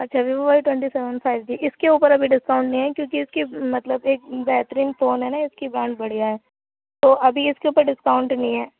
اچھا Vivo Y twenty seven five G اِس کے اوپر ابھی ڈسکاؤنٹ نہیں ہے کیونکہ اِس کی مطلب ایک بہترین فون ہے نا اِس کی مانگ بڑھیا ہے تو ابھی اِس کے اوپر ڈسکاؤنٹ نہیں ہے